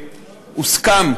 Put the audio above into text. הוסכם,